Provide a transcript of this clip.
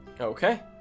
okay